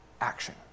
action